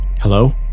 Hello